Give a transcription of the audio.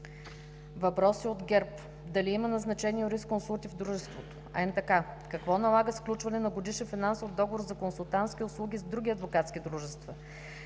въпроси от ГЕРБ: дали има назначени юрисконсулти в дружеството НДК; какво налага сключване на годишен финансов договор за консултантски услуги с други адвокатски дружества;